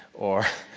or,